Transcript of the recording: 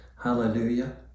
Hallelujah